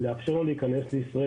לאפשר לו להיכנס לישראל,